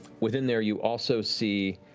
within there you also see